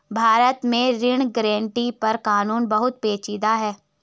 भारत में ऋण गारंटी पर कानून बहुत पेचीदा है